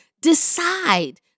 Decide